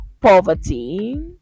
poverty